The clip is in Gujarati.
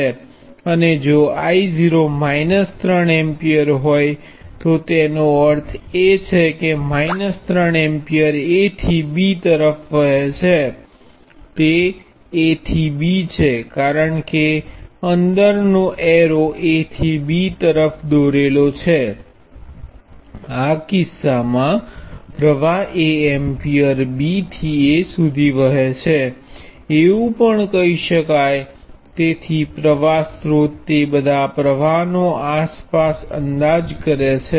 અને જો I૦માઈનસ 3 એમ્પીયર હોય તો તેનો અર્થ એ છે કે માઈનસ 3 એમ્પીયર A થી B તરફ વહે છે તે A થી B છે કારણ કે અંદરનો એરો A થી B તરફ દોરેલો છે આ કિસ્સામાં પ્ર્વાહ એ એમ્પીયર B થી A સુધી વહે છે એવુ પણ કહી શકાય તેથી પ્રવાહ સ્ત્રોત તે બધા પ્રવાહનો આસપાસ અંદાજે કરે છે